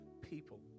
people